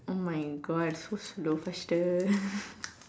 oh my God so slow faster